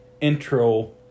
intro